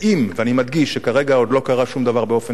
ואני מדגיש שכרגע עוד לא קרה שום דבר באופן רשמי,